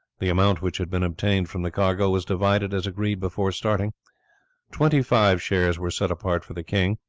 the amount which had been obtained from the cargo was divided as agreed before starting twenty-five shares were set apart for the king,